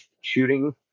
shooting